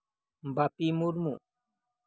Bapi Murmu